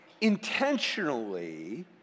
intentionally